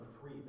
free